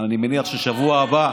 אני מניח שבשבוע הבא,